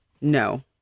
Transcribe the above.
No